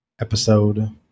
episode